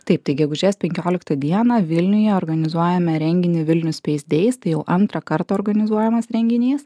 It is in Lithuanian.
taip tai gegužės penkioliktą dieną vilniuje organizuojame renginį vilnius space days tai jau antrą kartą organizuojamas renginys